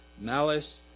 malice